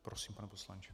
Prosím, pane poslanče.